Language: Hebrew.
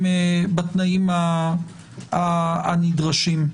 בתנאים הנדרשים.